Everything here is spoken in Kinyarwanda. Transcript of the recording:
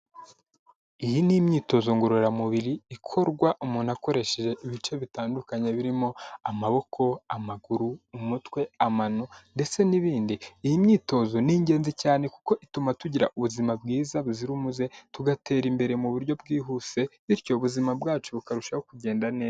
Iyi ni imyitozo ngororamubiri ikorwa umuntu akoresheje ibice bitandukanye birimo amaboko, amaguru, umutwe, amano, ndetse n'ibindi. Iyi myitozo ni ingenzi cyane kuko ituma tugira ubuzima bwiza buzira umuze, tugatera imbere mu buryo bwihuse bityo ubuzima bwacu bukarushaho kugenda neza.